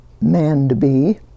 man-to-be